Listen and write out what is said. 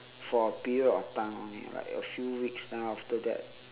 for a period of time only like a few weeks then after that uh